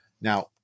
Now